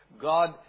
God